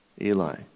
Eli